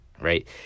right